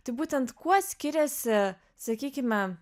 tai būtent kuo skiriasi sakykime